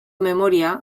memoria